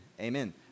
amen